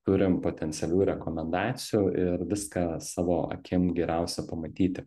turim potencialių rekomendacijų ir viską savo akim geriausia pamatyti